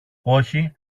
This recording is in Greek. όχι